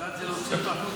הדרה זה להוציא אותו החוצה.